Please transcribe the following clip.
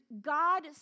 God